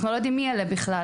אנחנו לא יודעים מי אלה בכלל.